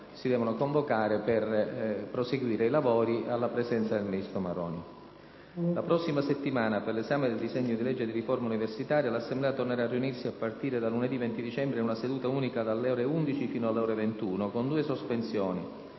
2a devono convocarsi per proseguire i lavori alla presenza del Ministro. La prossima settimana, per l'esame del disegno di legge di riforma universitaria, l'Assemblea tornerà a riunirsi a partire da lunedì 20 dicembre in una seduta unica dalle ore 11 fino alle ore 21, con due sospensioni: